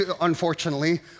unfortunately